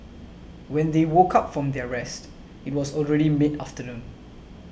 when they woke up from their rest it was already mid afternoon